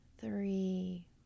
three